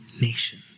nation